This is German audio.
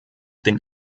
den